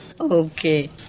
Okay